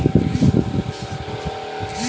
प्रतिलाभ की गणना एक ही अवधि में हो सकती है